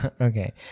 okay